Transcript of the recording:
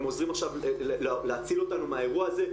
הם עוזרים עכשיו להציל אותנו מהאירוע הזה.